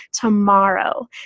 tomorrow